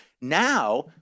Now